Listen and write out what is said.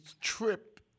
trip